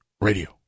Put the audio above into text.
Radio